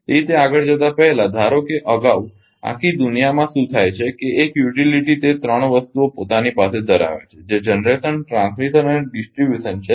તેથી તે આગળ જતા પહેલા ધારો કે અગાઉ આખી દુનિયામાં શું થાય છે જે એક યુટિલીટી તે 3 વસ્તુઓ પોતાની પાસે ધરાવે છે જે જનરેશન ટ્રાન્સમીશન અને ડીસ્ટ્રીબ્યુશન છે